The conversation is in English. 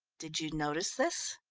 did you notice this?